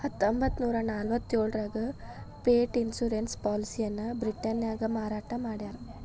ಹತ್ತೊಂಬತ್ತನೂರ ನಲವತ್ತ್ಯೋಳರಾಗ pet insurance ಪಾಲಿಸಿಯನ್ನ ಬ್ರಿಟನ್ನ್ಯಾಗ ಮಾರಾಟ ಮಾಡ್ಯಾರ